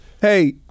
Hey